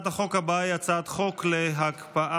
(תיקון,